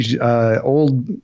old